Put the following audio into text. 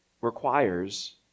requires